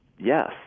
yes